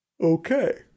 Okay